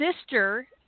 sister